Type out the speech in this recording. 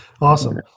Awesome